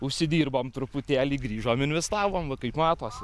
užsidirbom truputėlį grįžom investavom va kaip matosi